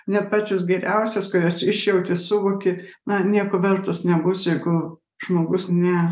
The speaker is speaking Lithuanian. net pačios geriausios kurias išjauti suvoki na nieko vertos nebus jeigu žmogus ne